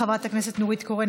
חברת הכנסת נורית קורן,